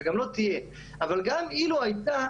וגם לא תהיה - אבל גם אילו הייתה,